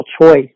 choice